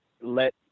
let